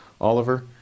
Oliver